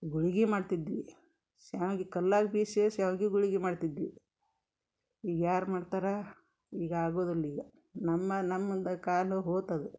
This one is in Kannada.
ಗುಳ್ಗಿ ಮಾಡ್ತಿದ್ವಿ ಸ್ಯಾಮ್ಗಿ ಕಲ್ಲಾಗ ಬೀಸೆ ಸ್ಯಾವ್ಗಿ ಗುಳ್ಗಿ ಮಾಡ್ತಿದ್ವಿ ಈಗ ಯಾರು ಮಾಡ್ತಾರೆ ಈಗ ಆಗುದಿಲ್ಲ ಈಗ ನಮ್ಮ ನಮ್ಮಂದ ಕಾಲು ಹೋತದ